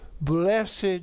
Blessed